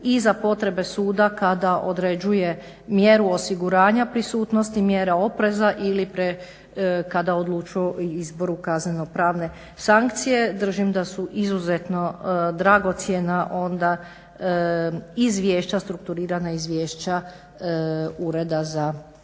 i za potrebe suda kada određuje mjeru osiguranja prisutnosti, mjere opreza ili kada odlučuje o izboru kaznenopravne sankcije. Držim da su izuzetno dragocjena onda strukturirana izvješća ureda za probaciju.